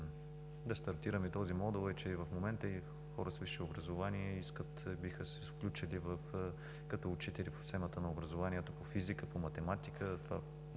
да стартираме този модул е, че и в момента хора с висше образование биха се включили като учители в системата на образованието по физика и по математика.